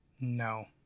No